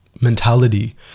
mentality